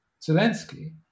Zelensky